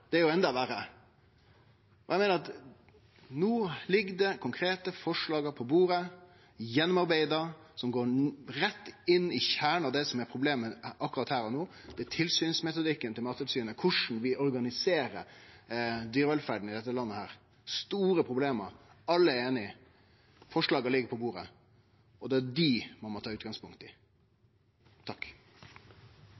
og går rett inn i kjernen av problemet: Det er tilsynsmetodikken til Mattilsynet – korleis vi organiserer dyrevelferda i dette landet. Det er store problem; alle er einige. Forslaga ligg på bordet, og det er dei ein må ta utgangspunkt i.